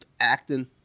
Acting